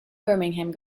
birmingham